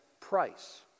price